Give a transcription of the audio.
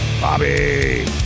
Bobby